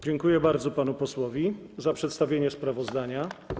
Dziękuję bardzo panu posłowi za przedstawienie sprawozdania.